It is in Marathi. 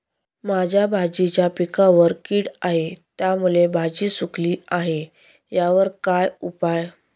माझ्या भाजीच्या पिकावर कीड आहे त्यामुळे भाजी सुकली आहे यावर काय उपाय?